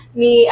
ni